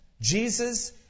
Jesus